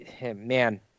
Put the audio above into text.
man